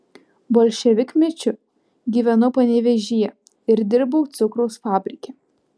bolševikmečiu gyvenau panevėžyje ir dirbau cukraus fabrike